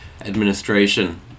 administration